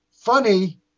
funny